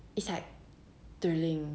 it's like thrilling